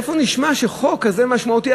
איפה נשמע שחוק כזה משמעותי,